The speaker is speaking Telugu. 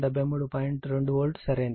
2 వోల్ట్ సరైనది